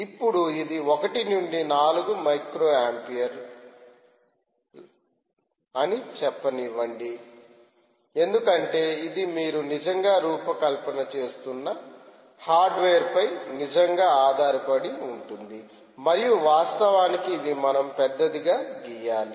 ఇప్పుడు ఇది 1 నుండి 4 మైక్రోఆంపియర్ అని చెప్పనివ్వండి ఎందుకంటే ఇది మీరు నిజంగా రూపకల్పన చేస్తున్న హార్డ్వేర్పై నిజంగా ఆధారపడి ఉంటుంది మరియు వాస్తవానికి ఇది మనం పెద్దదిగా గీయాలి